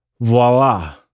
voila